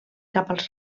cap